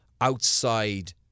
outside